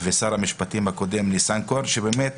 ושר המשפטים הקודם ניסנקורן, שבאמת